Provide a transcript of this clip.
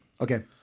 Okay